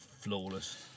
flawless